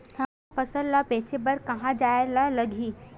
हमन ला फसल ला बेचे बर कहां जाये ला लगही?